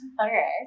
Okay